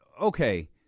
Okay